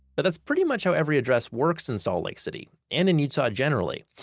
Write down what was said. but that's pretty much how every address works in salt lake city, and and utah generally.